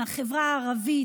מהחברה הערבית,